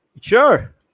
sure